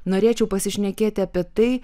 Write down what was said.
norėčiau pasišnekėti apie tai